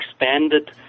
expanded